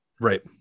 Right